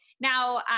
now